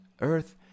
earth